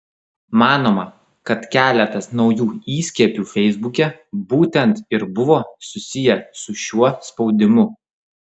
manoma kad keletas naujų įskiepių feisbuke būtent ir buvo susiję su šiuo spaudimu